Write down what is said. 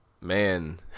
man